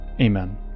Amen